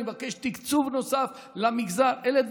אני מבקש תקצוב נוסף למגזר.